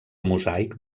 mosaic